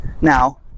Now